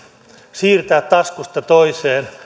siirtää taskusta toiseen